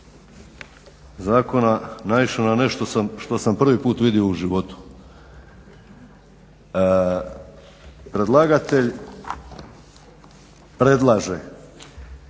zakona naišao na nešto što sam prvi put vidio u životu. Predlagatelj predlaže